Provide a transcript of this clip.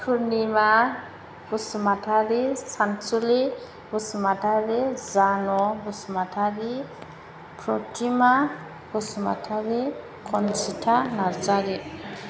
Purnima Basumatary Sansuli Basumatary Jano Basumatary Pratima Basumatary Khanjita Narzary